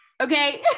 okay